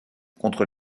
contre